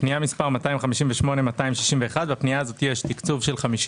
בפניות מס' 258 261 יש תקצוב של 50